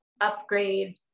upgrade